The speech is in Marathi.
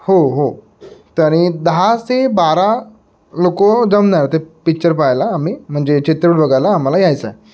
हो हो तरी दहा ते बारा लोकं जमणार ते पिच्चर पाहायला आम्ही म्हणजे चित्रपट बघायला आम्हाला यायचं आहे